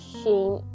shame